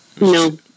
no